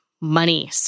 money